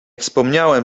wspomniałem